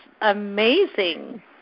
amazing